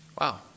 Wow